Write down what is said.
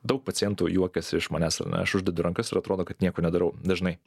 daug pacientų juokiasi iš manęs ar ne aš uždedu rankas ir atrodo kad nieko nedarau dažnai